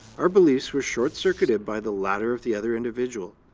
our beliefs were short-circuited by the ladder of the other individual.